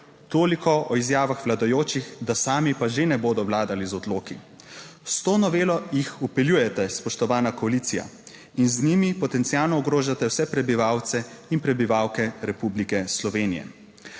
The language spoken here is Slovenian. toliko o izjavah vladajočih, da sami pa že ne bodo vladali z odloki. S to novelo jih vpeljujete spoštovana koalicija in z njimi potencialno ogrožate vse prebivalce in prebivalke Republike Slovenije.